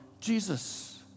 Jesus